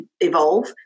evolve